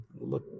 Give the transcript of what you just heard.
look